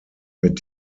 mit